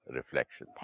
Reflection